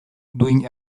duin